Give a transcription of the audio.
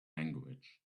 language